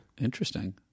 Interesting